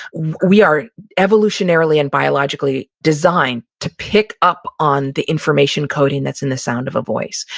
we are evolutionarily and biologically designed to pick up on the information coding that's in the sound of a voice.